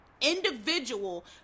individual